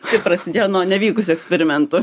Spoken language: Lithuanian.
tai prasidėjo nuo nevykusių eksperimentų